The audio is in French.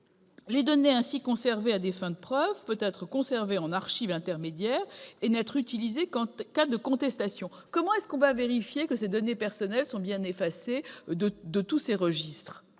Les données ainsi conservées à des fins de preuve peuvent être conservées en archive intermédiaire et n'être utilisées qu'en cas de contestation. Comment vérifier que nos données personnelles sont bien effacées de tous ces registres ?